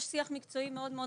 יש שיח מקצועי מאוד מאוד